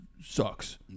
sucks